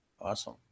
awesome